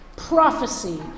Prophecy